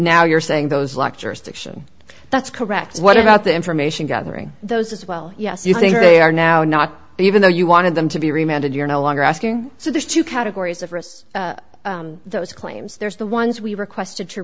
now you're saying those lectures diction that's correct what about the information gathering those as well yes you think they are now not even though you wanted them to be reminded you're no longer asking so there's two categories of us those claims there's the ones we requested to